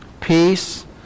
peace